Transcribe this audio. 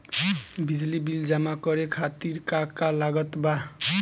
बिजली बिल जमा करे खातिर का का लागत बा?